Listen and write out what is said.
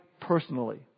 personally